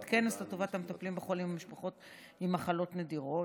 כנס לטובת המטפלים בחולים ומשפחות עם מחלות נדירות.